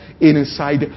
inside